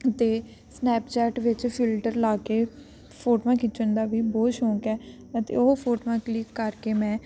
ਅਤੇ ਸਨੈਪਚੈਟ ਵਿੱਚ ਫਿਲਟਰ ਲਾ ਕੇ ਫੋਟੋਆਂ ਖਿੱਚਣ ਦਾ ਵੀ ਬਹੁਤ ਸ਼ੌਕ ਹੈ ਅਤੇ ਉਹ ਫੋਟੋਆਂ ਕਲਿੱਕ ਕਰਕੇ ਮੈਂ